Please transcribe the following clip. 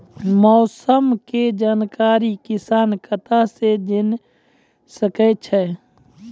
मौसम के जानकारी किसान कता सं जेन सके छै?